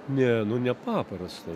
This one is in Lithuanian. ne nu nepaprasta